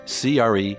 CRE